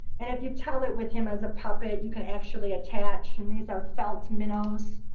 and if you tell it with him as a puppet, you can actually attach and these are felt minnows.